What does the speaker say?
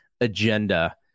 agenda